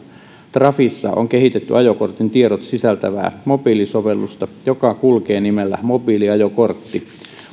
trafissa on kehitetty ajokortin tiedot sisältävää mobiilisovellusta joka kulkee nimellä mobiiliajokortti